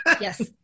yes